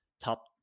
top